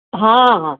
ହଁ ହଁ